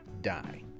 die